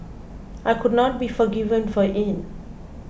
I could not be forgiven for it